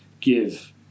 give